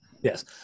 Yes